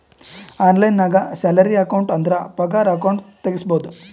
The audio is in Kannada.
ಆನ್ಲೈನ್ ನಾಗ್ ಸ್ಯಾಲರಿ ಅಕೌಂಟ್ ಅಂದುರ್ ಪಗಾರ ಅಕೌಂಟ್ ತೆಗುಸ್ಬೋದು